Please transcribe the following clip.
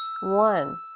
One